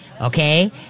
Okay